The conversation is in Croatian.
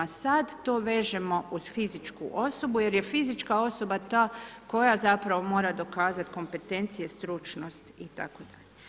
Sada to vežemo uz fizičku osobu, jer je fizička osoba ta koja zapravo mora dokazati kompetencije, stručno itd.